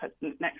next